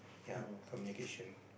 yea communication